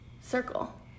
circle